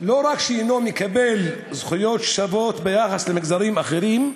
לא רק שאינו מקבל זכויות שוות ביחס למגזרים אחרים,